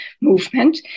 movement